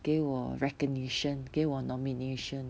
给我 recognition 给我 nomination